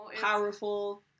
Powerful